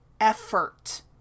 effort